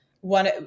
one